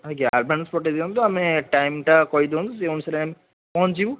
ଆଜ୍ଞା ଆଡ଼ଭାନ୍ସ୍ ପଠେଇଦିଅନ୍ତୁ ଆମେ ଟାଇମ୍ଟା କହିଦିଅନ୍ତୁ ସେହି ଅନୁସାରେ ଆମେ ପହଞ୍ଚିଯିବୁ